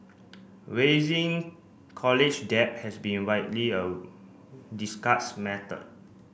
raising college debt has been widely a discussed matter